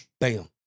Bam